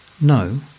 No